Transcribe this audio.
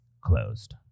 closed